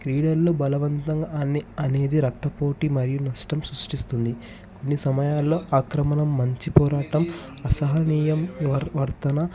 క్రీడలను బలవంతంగా అనే అనేది రక్త పోటీ మరియు నష్టం సృష్టిస్తుంది కొన్ని సమయాల్లో అక్రమణం మంచి పోరాటం అసహనీయం వర్ధన